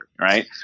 right